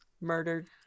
Murdered